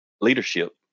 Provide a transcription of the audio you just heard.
leadership